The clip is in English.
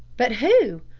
but who?